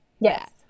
yes